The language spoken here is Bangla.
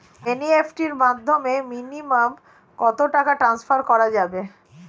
এন.ই.এফ.টি এর মাধ্যমে মিনিমাম কত টাকা টান্সফার করা যাবে?